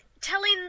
telling